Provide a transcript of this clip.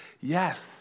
yes